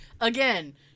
again